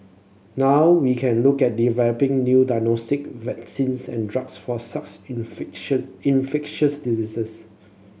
now we can look at developing new diagnostic vaccines and drugs for sax infection infectious diseases